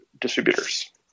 distributors